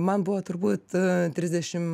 man buvo turbūt trisdešim